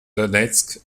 donetsk